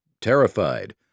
terrified